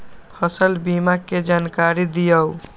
फसल बीमा के जानकारी दिअऊ?